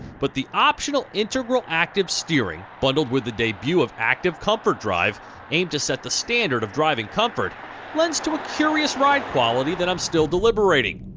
but the optional integral active steering bundled with the debut of active comfort drive aimed to set the standard of driving comfort lends to a curious ride quality that i'm still deliberating.